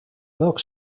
welk